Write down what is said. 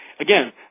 Again